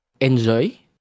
enjoy